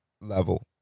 level